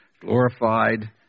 glorified